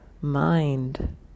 mind